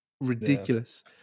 ridiculous